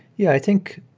yeah i think